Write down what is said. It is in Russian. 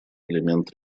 элемент